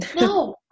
No